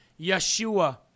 Yeshua